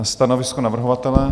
Stanovisko navrhovatele?